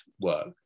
work